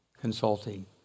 consulting